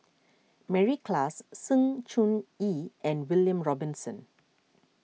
Mary Klass Sng Choon Yee and William Robinson